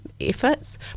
efforts